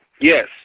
Yes